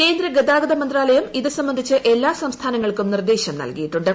കേന്ദ്ര ഗതാഗത മന്ത്രാലയം ഇതു സംബന്ധിച്ച് എല്ലാം സംസ്ഥാനങ്ങൾക്കും നിർദ്ദേശം നൽകിയിട്ടുണ്ട്